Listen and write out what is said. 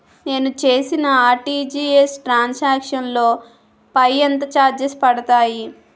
నేను చేసిన RTGS transaction లో పై ఎంత చార్జెస్ పడతాయి?